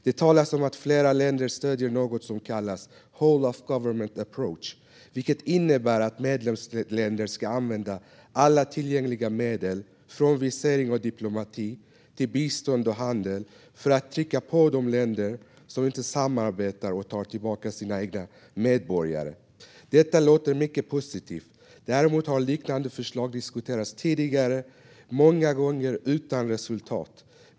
Det talas om att flera länder stöder något som kallas whole-of-government approach, vilket innebär att medlemsländer ska använda alla tillgängliga medel från visering och diplomati till bistånd och handel för att trycka på de länder som inte samarbetar och tar tillbaka sina egna medborgare. Detta låter mycket positivt. Däremot har liknande förslag diskuterats tidigare, många gånger utan resultat.